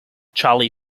charlie